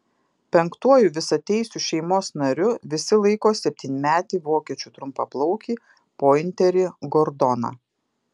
penktuoju visateisiu šeimos nariu visi laiko septynmetį vokiečių trumpaplaukį pointerį gordoną